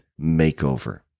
Makeover